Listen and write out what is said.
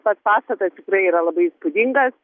pats pastatas tikrai yra labai įspūdingas